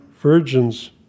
virgins